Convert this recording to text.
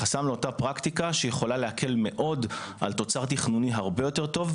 חסם לאותה פרקטיקה שיכולה להקל מאוד על תוצר תכנוני הרבה יותר טוב,